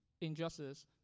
injustice